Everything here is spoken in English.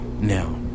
now